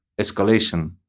escalation